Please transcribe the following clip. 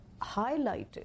highlighted